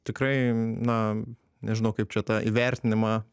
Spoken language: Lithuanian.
tikrai na nežinau kaip čia tą įvertinimą